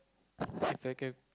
If I can